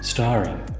Starring